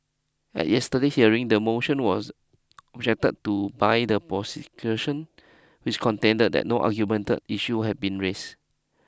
at yesterday hearing the motion was objected to by the prosecution which contended that no argument issues have been raised